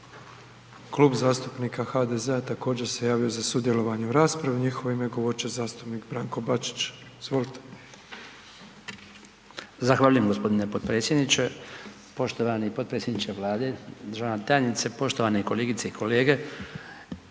Klub zastupnika HDZ-a također se javio za sudjelovanje u raspravi, u njihovo ime govorit će zastupnik Branko Bačić. Izvolite. **Bačić, Branko (HDZ)** Zahvaljujem gospodine podpredsjedniče, poštovani podpredsjedniče Vlade, državna tajnice, poštovane kolegice i kolege.